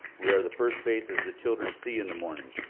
we are the first faces the children see in the morning.